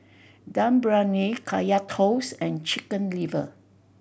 Dum Briyani Kaya Toast and Chicken Liver